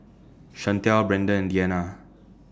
Shantell Brendon and Deanna